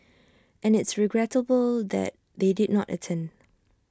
and it's regrettable that they did not attend